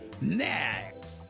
next